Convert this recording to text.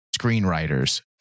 screenwriters